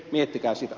miettikää sitä